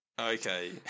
Okay